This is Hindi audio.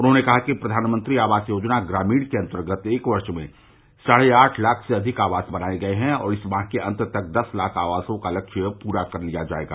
उन्होंने कहा कि प्रघानमंत्री आवास योजना ग्रामीण के अन्तर्गत एक वर्ष में साढ़े आठ लाख से अधिक आवास बनाये गये हैं और इस माह के अन्त तक दस लाख आवासों का लक्ष्य पूरा कर लिया जायेगा